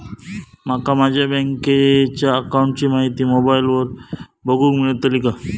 माका माझ्या बँकेच्या अकाऊंटची माहिती मोबाईलार बगुक मेळतली काय?